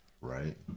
Right